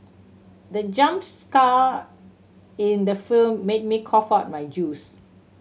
the jump scare in the film made me cough out my juice